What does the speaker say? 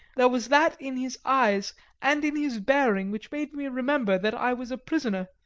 there was that in his eyes and in his bearing which made me remember that i was a prisoner,